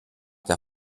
der